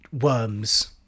worms